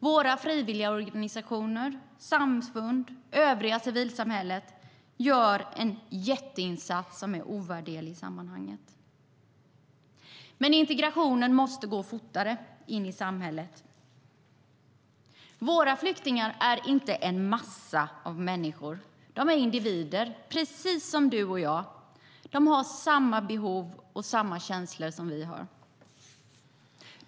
Våra frivilligorganisationer, samfund och det övriga civilsamhället gör en jätteinsats som är ovärderlig i sammanhanget. Integrationen måste gå fortare in i samhället. Våra flyktingar är inte någon massa av människor. De är individer, precis som du och jag. De har samma behov och samma känslor som vi har.